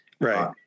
right